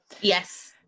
Yes